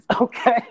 okay